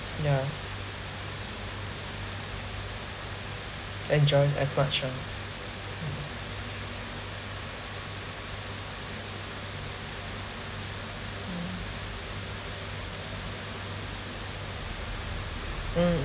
yeah enjoy as much ah mm mm mm